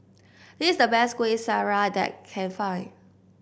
this is the best Kuih Syara that can find